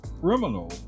criminal